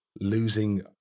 losing